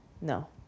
no